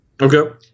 Okay